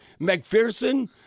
McPherson